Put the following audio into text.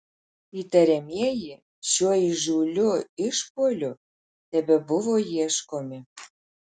įtariamieji šiuo įžūliu išpuoliu tebebuvo ieškomi